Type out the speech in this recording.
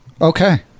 okay